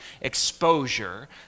exposure